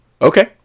Okay